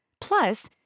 Plus